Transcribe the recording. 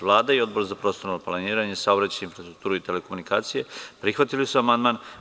Vlada i Odbor za prostorno planiranje, saobraćaj, infrastrukturu i telekomunikacije prihvatili su amandman.